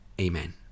Amen